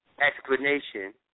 explanation